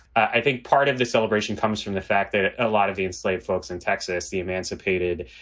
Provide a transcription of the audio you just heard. i think part of the celebration comes from the fact that a ah lot of the enslaved folks in texas, the emancipated,